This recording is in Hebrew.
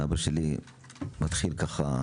ואבא שלי מתחיל ככה.